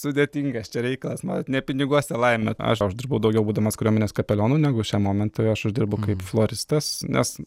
sudėtingas čia reikalas na ne piniguose laimė aš uždirbau daugiau būdamas kariuomenės kapelionu negu šiam momentui aš uždirbu kaip floristas nes